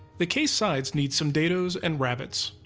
the case sides need some dados and rabbets.